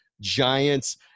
giants